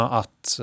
att